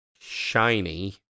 shiny